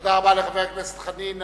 תודה רבה לחבר הכנסת חנין.